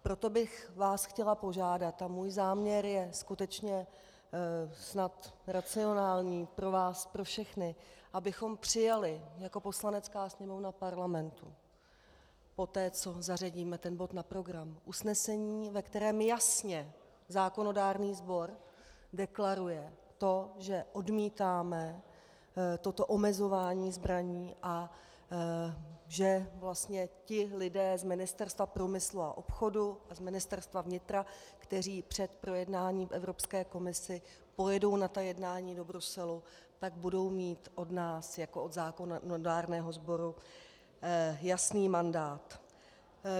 Proto bych vás chtěla požádat, a můj záměr je skutečně snad racionální pro vás pro všechny, abychom přijali jako Poslanecká sněmovna Parlamentu poté, co zařadíme ten bod na program, usnesení, ve kterém jasně zákonodárný sbor deklaruje to, že odmítáme toto omezování zbraní a že vlastně ti lidé z Ministerstva průmyslu a obchodu a z Ministerstva vnitra, kteří před projednáním v Evropské komisi pojedou na ta jednání do Bruselu, tak budou mít od nás jako od zákonodárného sboru jasný mandát.